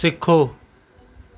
सिखो